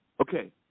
Okay